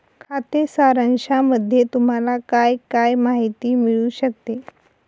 खाते सारांशामध्ये तुम्हाला काय काय माहिती मिळू शकते?